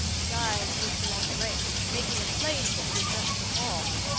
his eyes looked along the ranks, making it plain that he addressed them all.